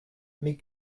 mais